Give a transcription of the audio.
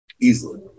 Easily